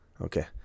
okay